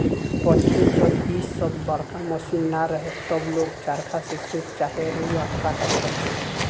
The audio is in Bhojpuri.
पहिले जब इ सब बड़का मशीन ना रहे तब लोग चरखा से सूत चाहे रुआ काटत रहे